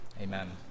Amen